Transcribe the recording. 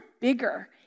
bigger